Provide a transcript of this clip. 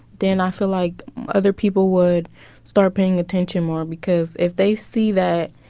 then i feel like other people would start paying attention more because if they see that,